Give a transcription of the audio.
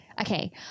Okay